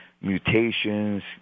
mutations